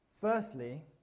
Firstly